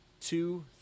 two